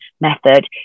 method